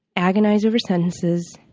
agonize over sentences,